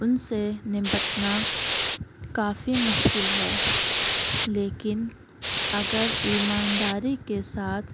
ان سے نمٹنا کافی مشکل ہے لیکن اگر ایمانداری کے ساتھ